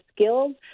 skills